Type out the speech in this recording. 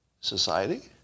society